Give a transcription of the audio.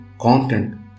content